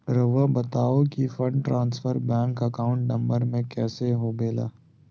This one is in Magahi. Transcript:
रहुआ बताहो कि fund transfer bank account number में कैसे होबेला?